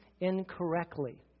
incorrectly